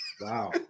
Wow